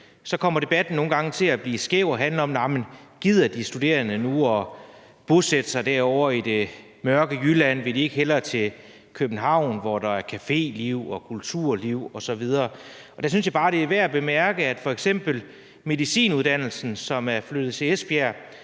kommer debatten nogle gange til at blive skæv og handle om, om de studerende nu gider at bosætte sig derovre i det mørke Jylland, og om de ikke hellere vil til København, hvor der er caféliv, kulturliv osv. Og der synes jeg bare, at det er værd at bemærke, at f.eks. medicinuddannelsen, som er flyttet til Esbjerg,